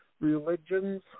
Religions